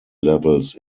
levels